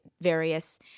various